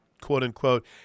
quote-unquote